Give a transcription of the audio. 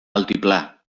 altiplà